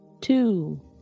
Two